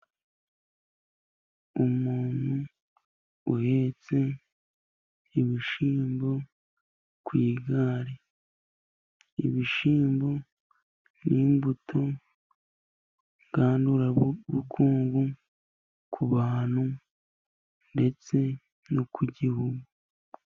Umuntu uhetse ibishimbo ku igare. Ibishyimbo ni imbuto ngandurabukungu ku bantu ndetse no ku gihugu.